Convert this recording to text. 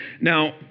Now